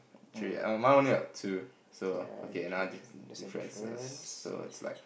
three amount to so okay now another difference so like